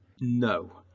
No